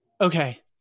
Okay